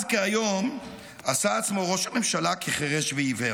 אז כהיום עשה עצמו ראש ממשלה כחירש ועיוור,